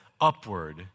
upward